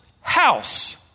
house